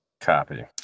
Copy